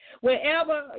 wherever